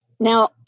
Now